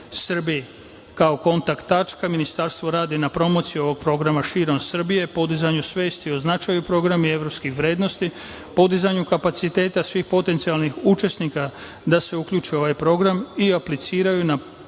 Kao kontakt tačka, Ministarstvo rada je na promociji ovog programa širom Srbije, podizanju svesti o značaju programa i evropskih vrednosti, podizanju kapaciteta svih potencijalnih učesnika da se uključe u ovaj program i apliciraju na pozivima